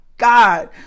God